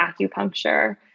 acupuncture